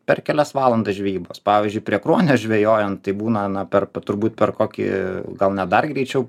per kelias valandas žvejybos pavyzdžiui prie kruonio žvejojant taip būna per turbūt per kokį gal net dar greičiau